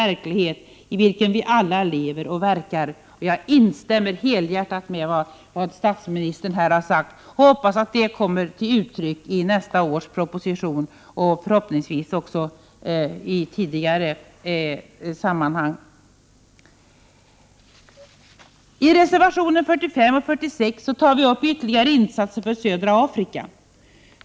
1988/89:99 verklighet i vilken vi alla lever och verkar.” 19 april 1989 Jag instämmer helhjärtat i vad statsministern har sagt och hoppas att det kommer till uttryck i nästa års proposition och även tidigare. I reservationerna 45 och 46 tar vi upp ytterligare insatser för södra Afrika.